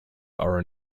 are